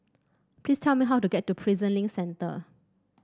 please tell me how to get to Prison Link Centre